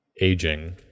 aging